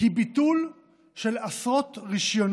היא ביטול עשרות רבות